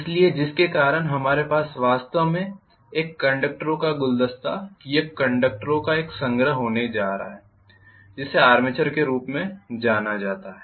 इसलिए जिसके कारण हमारे पास वास्तव में एक कंडक्टरों का गुलदस्ता या कंडक्टरों का एक संग्रह होने जा रहा हैं जिसे आर्मेचर के रूप में जाना जाता है